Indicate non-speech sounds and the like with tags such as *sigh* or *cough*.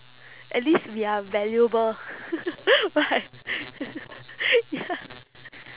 at least we are valuable *laughs* right *laughs* ya